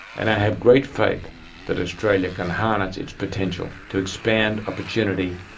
and i have great faith that australia can harness its potential to expand opportunity,